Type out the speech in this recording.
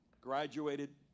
Graduated